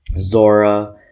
Zora